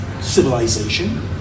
civilization